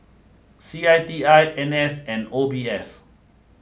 C I T I N S and O B S